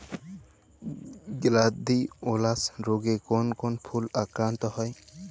Gladiolus রোগে কোন কোন ফুল আক্রান্ত হয়?